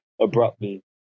abruptly